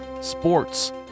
sports